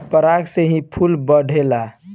पराग से ही फूल बढ़ेला